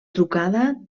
trucada